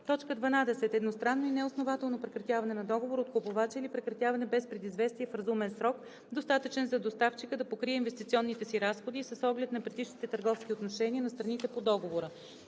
лица; 12. едностранно и неоснователно прекратяване на договора от купувача или прекратяване без предизвестие в разумен срок, достатъчен за доставчика да покрие инвестиционните си разходи и с оглед на предишните търговски отношения на страните по договора.